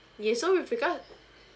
yes so with regard